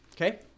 okay